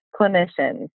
clinicians